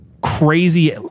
crazy